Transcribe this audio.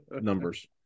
numbers